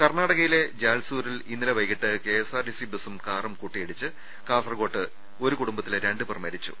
കർണാടകയിലെ ജാൽസൂരിൽ ഇന്നലെ വൈകിട്ട് K S R T C ബസും കാറും കൂട്ടിയിടിച്ച് കാസർകോട്ടെ ഒരു കുടുംബത്തിലെ രണ്ടുപേർ മരിച്ചു